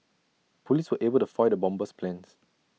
Police were able to foil the bomber's plans